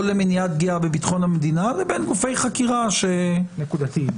למניעת פגיעה בביטחון המדינה לבין גופי חקירה ש -- נקודתיים.